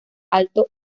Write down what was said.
alto